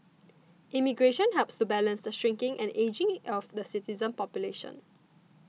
immigration helps to balance the shrinking and ageing of the citizen population